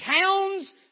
towns